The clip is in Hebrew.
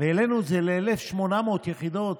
העלינו את זה ל-1,800 יחידות.